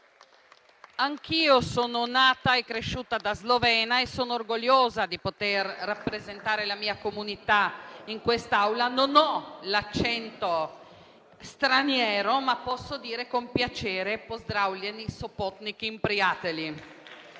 Anch'io sono nata e cresciuta da slovena e sono orgogliosa di poter rappresentare la mia comunità in quest'Aula. Non ho l'accento straniero, ma posso dire con piacere: *pozdravljeni sopotnik in prijatelji*.